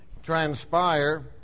Transpire